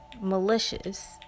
malicious